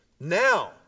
Now